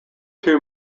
two